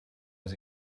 was